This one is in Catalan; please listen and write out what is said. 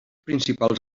principals